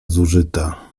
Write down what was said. zużyta